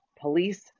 police